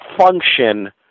function